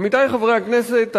עמיתי חברי הכנסת,